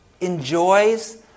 enjoys